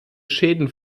schäden